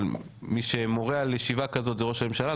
אבל מי שמורה על ישיבה כזאת זה ראש הממשלה,